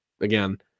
again